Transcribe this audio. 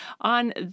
on